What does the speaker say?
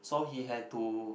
so he had to